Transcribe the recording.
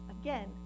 again